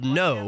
no